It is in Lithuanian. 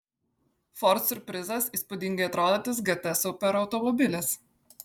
ford siurprizas įspūdingai atrodantis gt superautomobilis